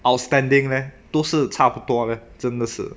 outstanding leh 都是差不多 leh 真的是